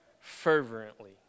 fervently